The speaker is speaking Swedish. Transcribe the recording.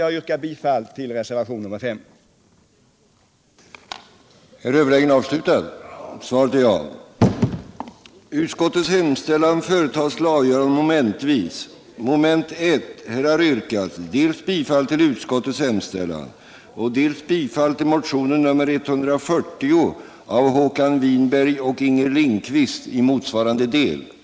Jag yrkar bifall till reservationen 5. ning gav följande resultat: